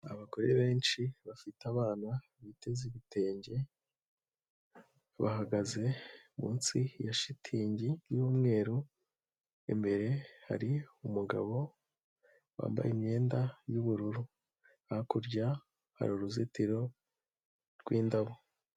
Abagore benshi bafite abana biteze ibitenge, bahagaze munsi ya shitingi y'umweru, imbere hari umugabo wambaye imyenda y'ubururu hakurya hari uruzitiro rw'indabo.